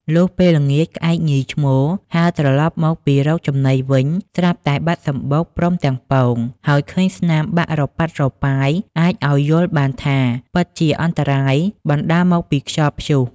លុះពេលល្ងាច ក្អែកញីឈ្មោលហើរត្រឡប់មកពីររកចំណីវិញ ស្រាប់តែបាត់សំបុកព្រមទាំងពង ហើយឃើញស្នាមបាក់រប៉ាត់រប៉ាយ អាចឲ្យយល់បានថា ពិតជាការអន្តរាយបណ្តាលមកពីខ្យល់ព្យុះ ។